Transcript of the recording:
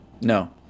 No